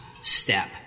step